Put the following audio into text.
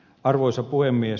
arvoisa puhemies